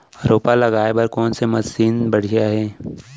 रोपा लगाए बर कोन से मशीन बढ़िया हे?